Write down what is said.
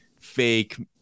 fake